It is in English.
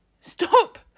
Stop